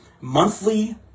monthly